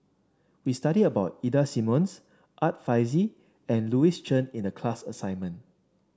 we studied about Ida Simmons Art Fazil and Louis Chen in the class assignment